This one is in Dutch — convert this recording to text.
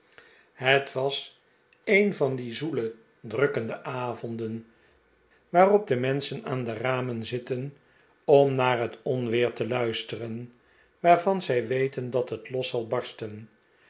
het was een van die zoele drukkende avonden waarop de menschen aan de ramen zitten om naar het onweer te luisteren waarvan zij weten dat het los zal barsten